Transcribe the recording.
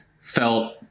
felt